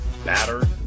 Batter